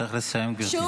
צריך לסיים, גברתי.